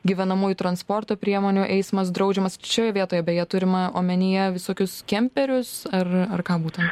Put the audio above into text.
gyvenamųjų transporto priemonių eismas draudžiamas šioje vietoje beje turima omenyje visokius kemperius ar ar ką būtina